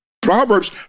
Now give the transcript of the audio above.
Proverbs